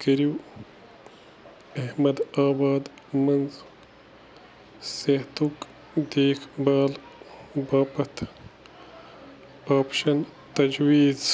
کٔرِو احمد آباد منٛز صحتُک دیکھ بال باپَتھ آپشن تجویٖز